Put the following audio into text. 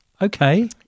Okay